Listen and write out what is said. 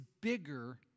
bigger